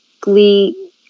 Glee